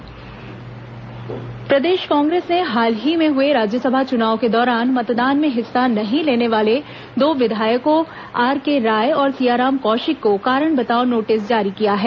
कांग्रेस विधायक नोटिस प्रदेश कांग्रेस ने हाल ही में हुए राज्यसभा चुनाव के दौरान मतदान में हिस्सा नहीं लेने वाले दो विधायकों आर के राय और सियाराम कौशिक को कारण बताओ नोटिस जारी किया है